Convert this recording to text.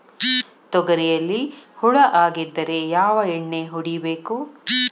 ತೊಗರಿಯಲ್ಲಿ ಹುಳ ಆಗಿದ್ದರೆ ಯಾವ ಎಣ್ಣೆ ಹೊಡಿಬೇಕು?